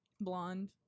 Blonde